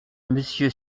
monsieur